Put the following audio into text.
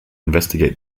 investigate